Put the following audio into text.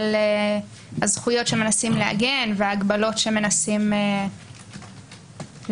הזכויות שמנסים לעגן וההגבלות שמנסים להגביל.